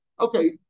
Okay